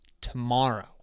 tomorrow